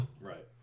Right